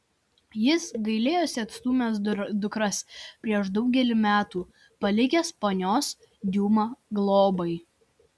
jis gailėjosi atstūmęs dukras prieš daugelį metų palikęs ponios diuma globai